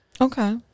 Okay